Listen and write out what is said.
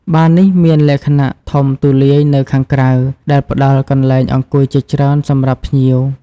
បារនេះមាន លក្ខណៈធំទូលាយនៅខាងក្រៅ ដែលផ្ដល់កន្លែងអង្គុយជាច្រើនសម្រាប់ភ្ញៀវ។